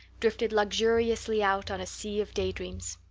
drifted luxuriously out on a sea of daydreams.